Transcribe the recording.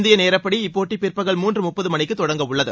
இந்திய நேரப்படி இப் போட்டி பிற்பகல் மூன்று முப்பது மணிக்கு தொடங்குகிறது